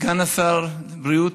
סגן שר הבריאות,